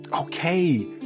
Okay